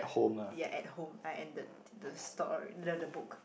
ya at home I ended the story the the book